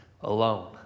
alone